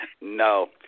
No